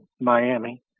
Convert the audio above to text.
Miami